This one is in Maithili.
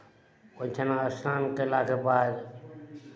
ओहिठाम स्नान कयलाके बाद